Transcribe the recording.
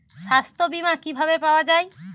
সাস্থ্য বিমা কি ভাবে পাওয়া যায়?